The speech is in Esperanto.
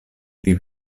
pri